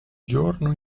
giorno